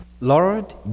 Lord